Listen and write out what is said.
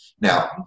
Now